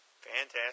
Fantastic